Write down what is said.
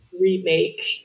remake